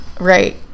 Right